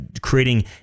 creating